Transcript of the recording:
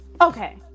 Okay